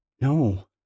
No